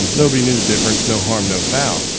nobody knew the difference. no harm no foul.